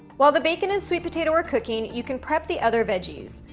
while the bacon and sweet potato are cooking, you can prep the other veggies.